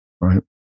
right